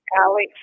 Alex